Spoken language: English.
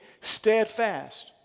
steadfast